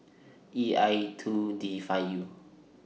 E I two D five U